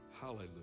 hallelujah